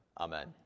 Amen